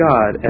God